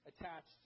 attached